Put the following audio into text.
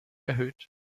erhöht